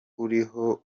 uriho